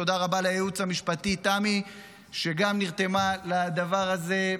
תודה רבה לייעוץ המשפטי, תמי שגם נרתמה לדבר הזה,